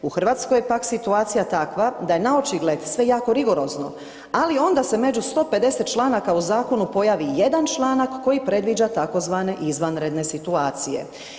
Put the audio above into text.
U RH je pak situacija takva da je naočigled sve jako rigorozno, ali se onda među 150 članaka u zakonu pojavi jedan članak koji predviđa tzv. izvanredne situacije.